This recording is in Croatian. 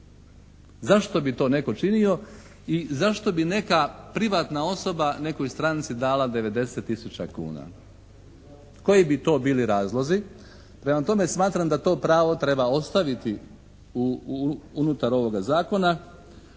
Zašto bi to netko činio i zašto bi neka privatna osoba nekoj stranci dala 90 tisuća kuna? Koji bi to bili razlozi? Prema tome, smatram da to pravo treba ostaviti unutar ovoga zakona.